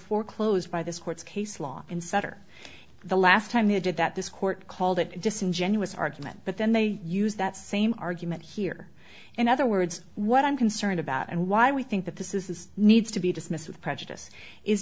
foreclosed by this court's case law in sutter the last time he did that this court called it a disingenuous argument but then they use that same argument here in other words what i'm concerned about and why we think that this is this needs to be dismissed with prejudice is